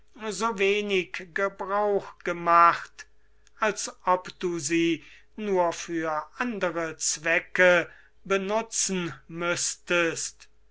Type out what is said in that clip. so wenig gebrauch gemacht als ob du sie für andere zwecke benutzen müßtest